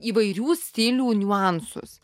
įvairių stilių niuansus